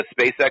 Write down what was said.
SpaceX